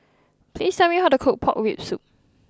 please tell me how to cook Pork Rib Soup